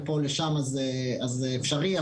אז זה אפשרי,